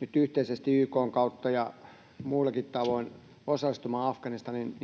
nyt yhteisesti YK:n kautta ja muillakin tavoin osallistumaan Afganistanin